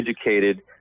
educated